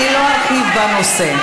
אני לא ארחיב בנושא.